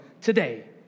today